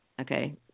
okay